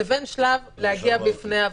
לבין השלב של עמידה בפני הוועדה.